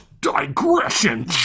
Digression